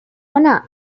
ona